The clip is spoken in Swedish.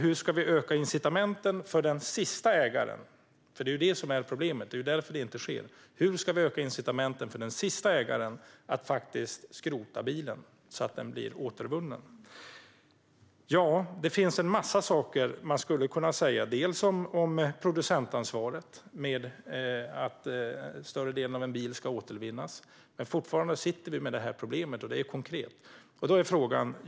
Hur ska vi öka incitamenten för den sista ägaren att skrota bilen så att den återvinns? Det är där problemet finns, och det är därför det inte sker. Det finns en mängd saker som kan sägas om bland annat producentansvaret. En större del av bilen ska återvinnas. Fortfarande sitter vi med det konkreta problemet.